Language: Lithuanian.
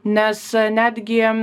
nes netgi